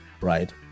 right